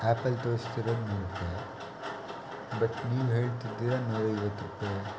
ಆ್ಯಪಲ್ಲಿ ತೋರ್ಸ್ತಿರೋದು ನೂರು ರೂಪಾಯಿ ಬಟ್ ನೀವು ಹೇಳ್ತಿದ್ದೀರ ನೂರೈವತ್ತು ರೂಪಾಯಿ